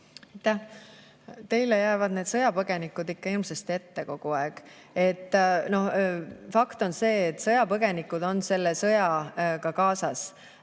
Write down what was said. Teile jäävad need sõjapõgenikud ikka hirmsasti kogu aeg ette. Fakt on see, et sõjapõgenikud käivad selle sõjaga kaasas